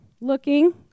looking